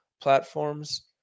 platforms